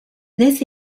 this